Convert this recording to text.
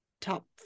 top